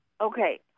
Okay